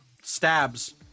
stabs